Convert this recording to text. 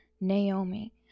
Naomi